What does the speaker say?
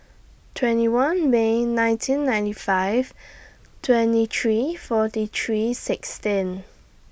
twenty one May nineteen ninety five twenty three forty three sixteen